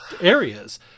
areas